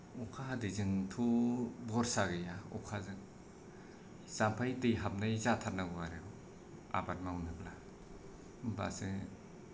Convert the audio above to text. अखा हादैजोंथ' बरसा गैया अखाजों जाम्फै दै हाबनाय जाथारनांगौ आरो आबाद मावनोब्ला होमबासो